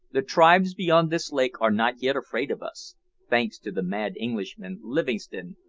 the tribes beyond this lake are not yet afraid of us thanks to the mad englishman, livingstone,